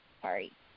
sorry